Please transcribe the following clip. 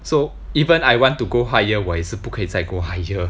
so even I want to go higher 我也是不可以再 go higher